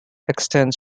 extends